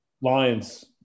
Lions